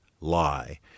lie